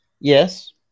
Yes